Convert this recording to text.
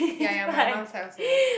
ya ya my mum side also